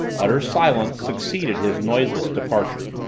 utter silence succeeded his noiseless departure.